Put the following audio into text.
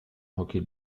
hockey